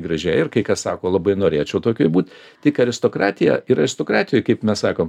gražiai ir kai kas sako labai norėčiau tokiu būt tik aristokratija ir aristokratijoj kaip mes sakom